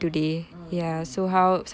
mm mm mm